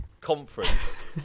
conference